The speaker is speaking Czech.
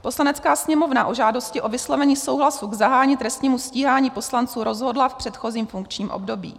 Poslanecká sněmovna o žádosti o vyslovení souhlasu k zahájení k trestnímu stíhání poslanců rozhodla v předchozím funkčním období.